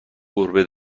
گربه